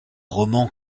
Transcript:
roman